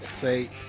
say